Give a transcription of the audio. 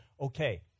okay